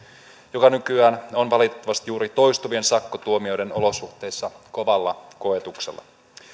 joka nykyään on valitettavasti juuri toistuvien sakkotuomioiden olosuhteissa kovalla koetuksella